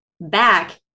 back